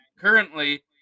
currently